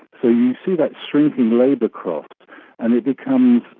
so you see that shrinking labour cost and it becomes,